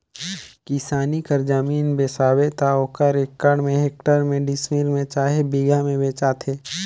किसानी कर जमीन बेसाबे त ओहर एकड़ में, हेक्टेयर में, डिसमिल में चहे बीघा में बेंचाथे